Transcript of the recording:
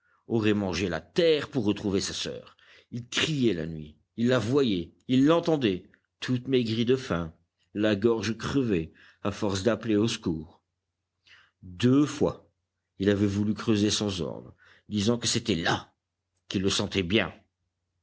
aurait mangé la terre pour retrouver sa soeur il criait la nuit il la voyait il l'entendait toute maigrie de faim la gorge crevée à force d'appeler au secours deux fois il avait voulu creuser sans ordre disant que c'était là qu'il le sentait bien